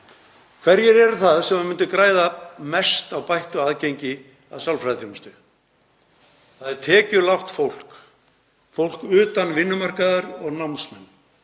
Hverjir eru það sem myndu græða mest á bættu aðgengi að sálfræðiþjónustu? Það er tekjulágt fólk, fólk utan vinnumarkaðar og námsmenn.